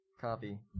Copy